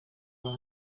kuba